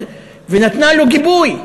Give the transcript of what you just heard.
ונתנה לו גיבוי.